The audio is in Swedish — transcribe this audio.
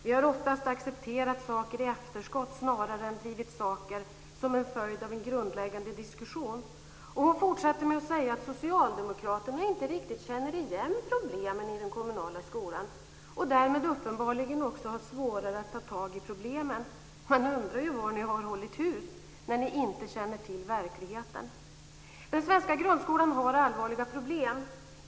Vi har oftast accepterat saker i efterskott snarare än drivit saker som följd av en egen grundläggande diskussion." Hon fortsatte med att säga att socialdemokraterna inte riktigt känner igenom problemen i den kommunala skolan och "därmed uppenbarligen också har svårare att ta tag i problemen". Man undrar ju var ni har hållit hus när ni inte känner till verkligheten. Den svenska grundskolan har allvarliga problem.